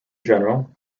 general